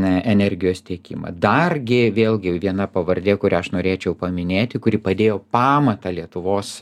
energijos tiekimą dar gi vėlgi viena pavardė kurią aš norėčiau paminėti kuri padėjo pamatą lietuvos